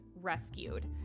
rescued